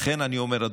לכן אני אומר,